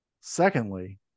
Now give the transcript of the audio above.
Secondly